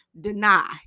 Deny